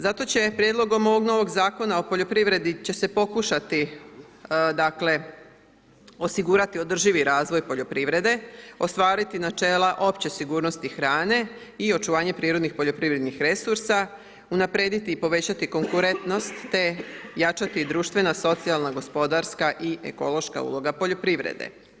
Zato će prijedlogom ovog novog Zakona o poljoprivredi će se pokušati osigurati održivi razvoj poljoprivrede, ostvariti načela opće sigurnosti hrane i očuvanje prirodnih poljoprivrednih resursa, unaprijediti i povećati konkurentnost, te jačati društvena i socijalna gospodarska i ekološka uloga poljoprivrede.